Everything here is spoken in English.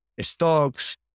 stocks